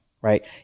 right